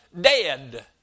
dead